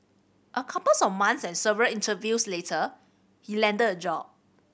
a couples of months and several interviews later he landed a job